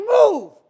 move